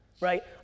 Right